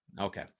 okay